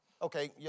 Okay